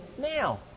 now